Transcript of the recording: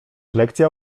lekcja